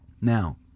Now